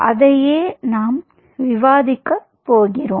அதையே நாம் விவாதிக்கப் போகிறோம்